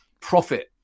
profit